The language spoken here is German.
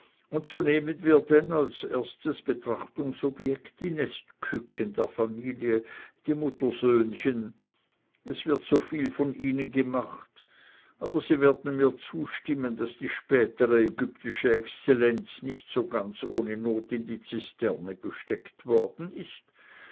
und so nehmen wir denn als erstes betrachtungsobjekt die nestküken der familie die muttersöhnchen es wird so viel von ihnen gemacht aber sie werden mir zustimmen daß die spätere ägyptische exzellenz nicht so ganz ohne not in die zisterne gesteckt worden ist